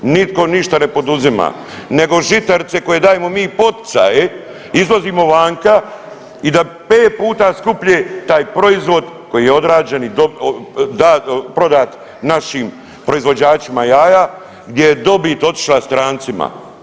Nitko ništa ne poduzima nego žitarice koje dajemo mi poticaje, izvozimo vanka i da 5 puta skuplje taj proizvod koji je odrađen i prodat našim proizvođačima jaja, gdje je dobit otišla strancima.